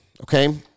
okay